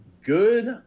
Good